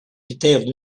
detailed